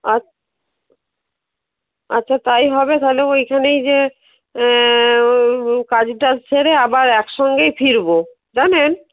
আচ্ছা তাই হবে তাহলে ওইখানেই যে কাজ টাজ সেরে আবার এক সঙ্গেই ফিরবো জানেন